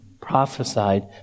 prophesied